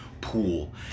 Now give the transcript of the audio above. pool